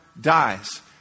dies